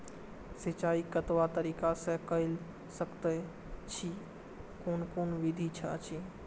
सिंचाई कतवा तरीका स के कैल सकैत छी कून कून विधि अछि?